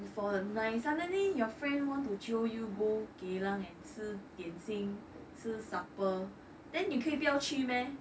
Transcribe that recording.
for a nice suddenly your friend want to jio you go geylang 吃点心吃 supper then 你可以不要去 meh